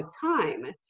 time